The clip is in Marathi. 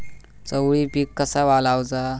चवळी पीक कसा लावचा?